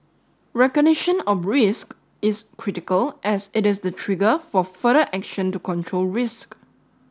recognition of risk is critical as it is the trigger for further action to control risk